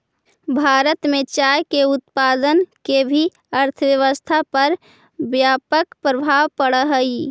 भारत में चाय के उत्पादन के भी अर्थव्यवस्था पर व्यापक प्रभाव पड़ऽ हइ